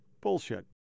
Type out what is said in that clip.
bullshit